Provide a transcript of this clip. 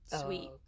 sweet